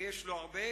ויש לו הרבה,